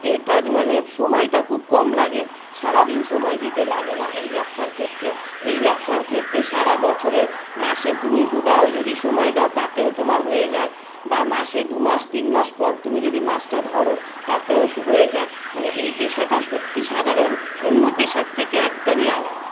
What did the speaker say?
এটার মানে সময়টা খুব কম লাগে সারা দিন সময় দিতে লাগে না এই ব্যবসার ক্ষেত্রে এই ব্যবসার ক্ষেত্রে সারা বছরে মাসে তুমি দু বারও যদি সময় দাও তাতেও তোমার হয়ে যায় বা মাসে দু মাস তিন মাস পর তুমি যদি মাছটা ধরো তাতেও স হয়ে যায় মানে এই পেশাটা সত্যি সাধারণ অন্য পেশার থেকে একদমই আলাদা